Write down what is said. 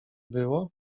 było